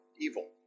evil